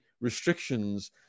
restrictions